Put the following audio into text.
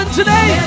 today